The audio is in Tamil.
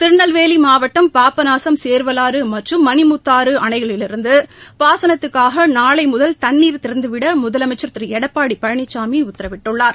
திருநெல்வேலிமாவட்டம் பாபநாசம் சேர்வலாறுமற்றும் மணிமுத்தாறுஅணைகளிலிருந்துபாசனத்துக்காகநாளைமுதல் தண்ணீர் திறந்துவிடமுதலமைச்சர் திருஎடப்பாடிபழனிசாமிஉத்தரவிட்டுள்ளார்